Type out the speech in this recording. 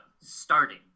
starting